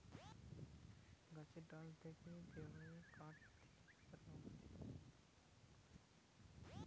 গাছের ডাল থেকে যে ভাবে কাঠ থেকে পেপার বানানো হতিছে